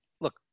look